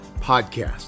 podcast